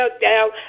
down